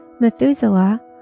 Methuselah